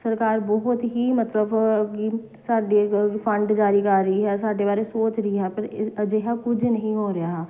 ਸਰਕਾਰ ਬਹੁਤ ਹੀ ਮਤਲਬ ਕਿ ਸਾਡੇ ਗ ਫੰਡ ਜਾਰੀ ਕਰ ਰਹੀ ਹੈ ਸਾਡੇ ਬਾਰੇ ਸੋਚ ਰਹੀ ਹੈ ਪਰ ਇ ਅਜਿਹਾ ਕੁਝ ਨਹੀਂ ਹੋ ਰਿਹਾ